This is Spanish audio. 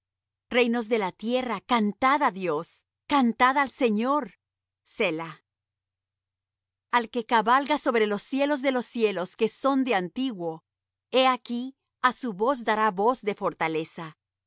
reinos de la tierra cantad á dios cantad al señor selah al que cabalga sobre los cielos de los cielos que son de antiguo he aquí á su voz dará voz de fortaleza